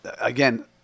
Again